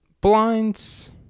Blinds